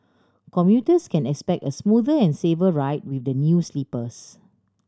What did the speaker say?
commuters can expect a smoother and safer ride with the new sleepers